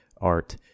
art